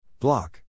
Block